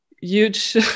huge